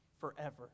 forever